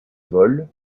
vole